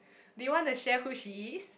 do you want to share who she is